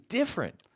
different